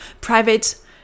private